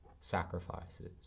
sacrifices